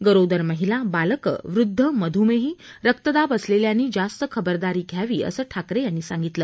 गरोदर महिला बालकं वृद्ध मधुमेही रक्तदाब असलेल्यांनी जास्त खबरदारी घ्यावी असं ठाकरे यांनी सांगितलं